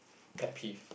pet peeve